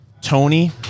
tony